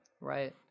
Right